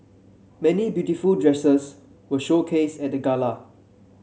many beautiful dresses were showcased at the gala